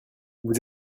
vous